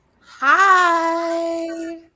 Hi